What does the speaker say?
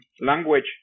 language